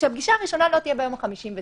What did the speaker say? שהפגישה הראשונה לא תהיה ביום ה-59.